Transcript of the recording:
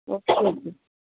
okay ਜੀ